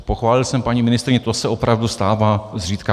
Pochválil jsem paní ministryni, to se opravdu stává zřídkakdy.